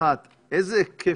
אחת, איזה היקף